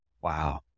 Wow